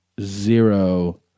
zero